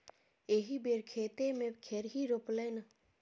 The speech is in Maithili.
एहि बेर खेते मे खेरही रोपलनि